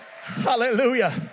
Hallelujah